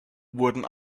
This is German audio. wurden